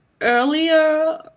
earlier